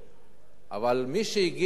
אבל מי שהגיע מהגולה,